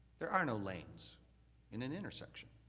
there are no lanes in an intersection.